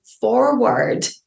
forward